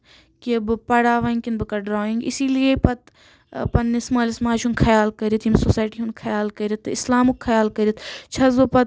کہِ بہٕ پَرا وۄنۍ کِنہٕ بہٕ کَرٕ ڈرایِنٛگ اسی لیے پَتہٕ پَنٕنِس مٲلِس ماجہِ ہُنٛد خیال کٔرِتھ یِمہِ سوسایٹی ہُنٛد خیال کٔرِتھ تہٕ اِسلامُک خیال کٔرِتھ چھَس بہٕ پَتہٕ